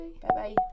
Bye-bye